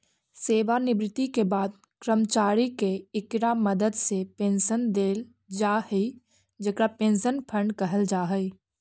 सेवानिवृत्ति के बाद कर्मचारि के इकरा मदद से पेंशन देल जा हई जेकरा पेंशन फंड कहल जा हई